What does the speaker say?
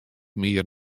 mear